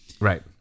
Right